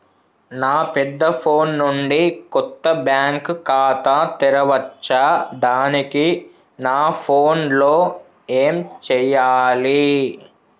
నా పెద్ద ఫోన్ నుండి కొత్త బ్యాంక్ ఖాతా తెరవచ్చా? దానికి నా ఫోన్ లో ఏం చేయాలి?